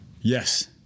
Yes